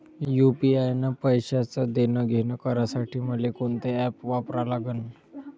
UPI न पैशाचं देणंघेणं करासाठी मले कोनते ॲप वापरा लागन?